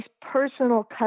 personal